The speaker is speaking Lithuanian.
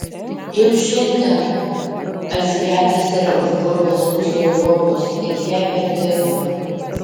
jau šiandien azijatas yra užgrobęs pusę europos ir ją perdirba